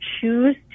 choose